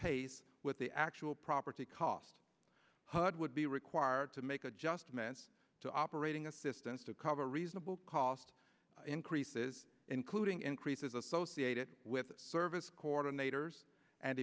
pace with the actual property cost hud would be required to make a just minutes to operating assistance to cover a reasonable cost increases including increases associated with the service coordinators and